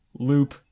loop